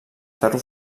ferro